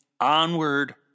onward